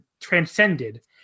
transcended